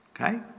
Okay